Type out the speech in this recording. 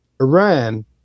iran